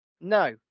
No